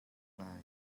lai